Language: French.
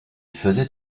faisait